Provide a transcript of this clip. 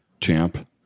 champ